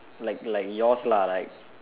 like like yours lah like